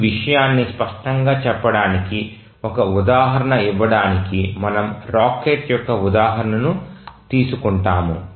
ఈ విషయాన్ని స్పష్టంగా చెప్పడానికి ఒక ఉదాహరణ ఇవ్వడానికి మనము రాకెట్ యొక్క ఉదాహరణను తీసుకుంటాము